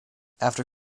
after